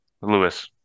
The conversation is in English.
Lewis